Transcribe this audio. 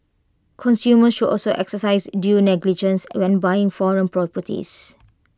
consumers should also exercise due diligences when buying foreign properties